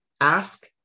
Ask